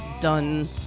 done